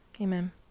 amen